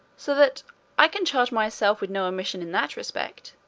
so that i can charge myself with no omission in that respect.